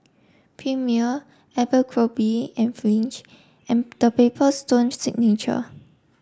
Premier Abercrombie and Fitch and The Paper Stone Signature